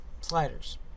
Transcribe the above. Sliders